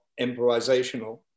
improvisational